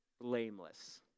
blameless